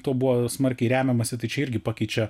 to buvo smarkiai remiamasi tai čia irgi pakeičia